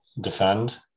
defend